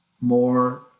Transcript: more